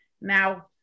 Now